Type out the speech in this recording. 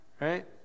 right